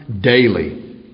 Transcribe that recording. daily